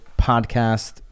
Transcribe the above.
podcast